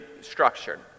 structured